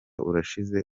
urashize